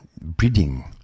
breeding